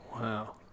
Wow